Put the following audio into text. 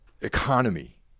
economy